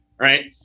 right